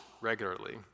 regularly